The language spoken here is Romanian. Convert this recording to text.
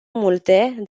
multe